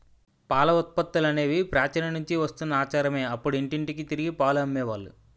పాల ఉత్పత్తులనేవి ప్రాచీన నుంచి వస్తున్న ఆచారమే అప్పుడు ఇంటింటికి తిరిగి పాలు అమ్మే వాళ్ళు